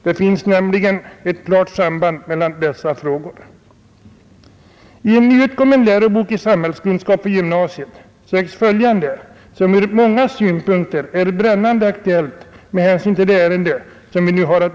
Det finns nämligen ett klart samband mellan dessa frågor. I en nyutkommen lärobok i samhällskunskap för gymnasiet sägs följande, som ur många synpunkter är brännande aktuellt med hänsyn till det ärende vi nu behandlar.